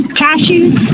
cashews